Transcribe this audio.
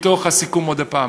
זה מתוך הסיכום, עוד פעם.